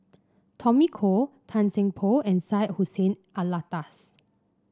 Tommy Koh Tan Seng Poh and Syed Hussein Alatas